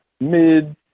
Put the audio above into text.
mid